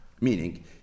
meaning